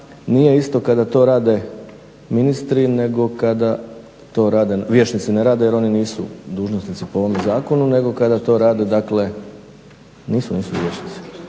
nije isto kada to rade ministri nego kada to rade, vijećnici ne rade jer oni nisu dužnosnici po ovome zakonu nego kada to rade dakle nisu, nisu vijećnici,